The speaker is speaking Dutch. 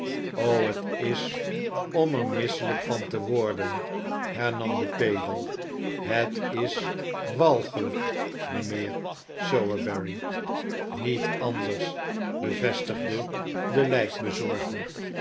t is om er misselijk van te worden hernam de pedel het is walgelijk mijnheer sowerberry niet anders bevestigde de